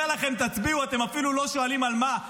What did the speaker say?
אומר לכם תצביעו ואתם אפילו לא שואלים על מה.